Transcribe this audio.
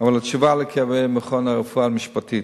אבל התשובה היא לגבי המכון לרפואה משפטית.